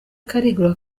karigura